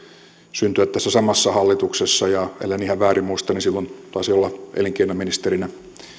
syntyä tässä samassa hallituksessa ja ellen ihan väärin muista silloin taisi olla elinkeinoministerinä